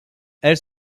elle